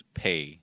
pay